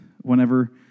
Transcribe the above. whenever